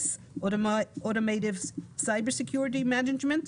(Automotiv Cyber Security Management)